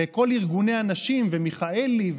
וכל ארגוני הנשים ומיכאלי,